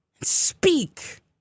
speak